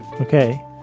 okay